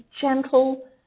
gentle